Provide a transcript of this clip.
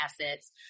assets